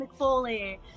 mcfoley